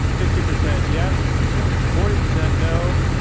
sixty percent yes forty percent no.